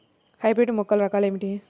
Hybrid మొక్కల రకాలు ఏమిటీ?